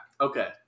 Okay